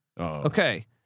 Okay